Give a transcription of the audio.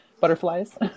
butterflies